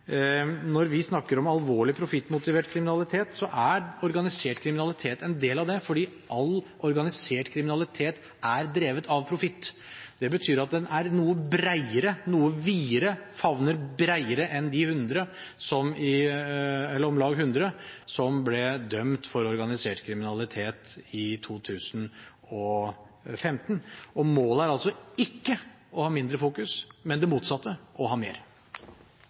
Når vi snakker om alvorlig profittmotivert kriminalitet, er organisert kriminalitet en del av det, fordi all organisert kriminalitet er drevet av profitt. Det betyr at den er noe bredere, noe videre, favner bredere enn de om lag 100 som ble dømt for organisert kriminalitet i 2015. Målet er altså ikke å ha mindre fokus, men det motsatte – å ha mer.